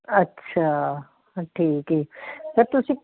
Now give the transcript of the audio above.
ਅੱਛਾ ਠੀਕ ਹੈ ਜੀ ਪਰ ਤੁਸੀਂ